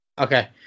Okay